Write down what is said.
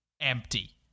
empty